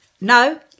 No